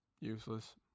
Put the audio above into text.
useless